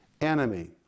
enemy